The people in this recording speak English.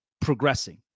progressing